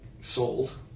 sold